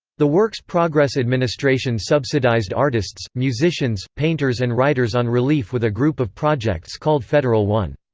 the works progress administration subsidized artists, musicians, painters and writers on relief with a group of projects called federal one.